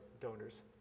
donors